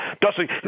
Dusty